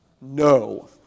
No